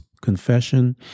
confession